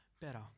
better